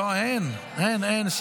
בפעם הבאה גם אנחנו